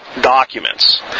Documents